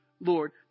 Lord